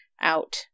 out